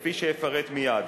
כפי שאפרט מייד,